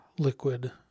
Liquid